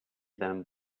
them